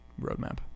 roadmap